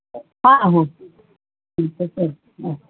ہاں ٹھیک ہے اوکے